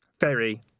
Very